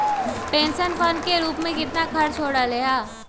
Pension fund के रूप में कितना खर्च हो रहले है?